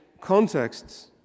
contexts